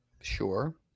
sure